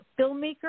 filmmaker